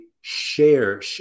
share